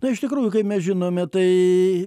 na iš tikrųjų mes žinome tai